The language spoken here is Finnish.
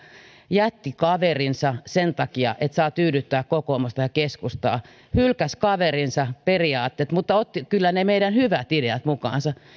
jätti kaverinsa sen takia että saa tyydyttää kokoomusta ja keskustaa hylkäsi kaverinsa ja periaatteet mutta otti kyllä ne meidän hyvät ideamme mukaansa